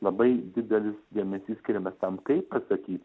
labai didelis dėmesys skiriamas tam kaip pasakyt